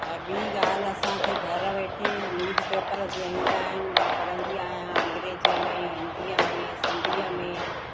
ऐं ॿी ॻाल्हि असांखे घर वेठे न्यूज पेपर जीअं ईंदा आहिनि मां पढ़ंदी आहियां अंग्रेजीअ में हिंदीअ में सिंधीअ में